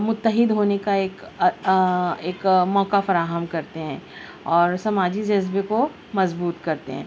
متحد ہونے کا ایک ایک موقع فراہم کرتے ہیں اور سماجی جذبے کو مضبوط کرتے ہیں